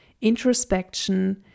introspection